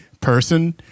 person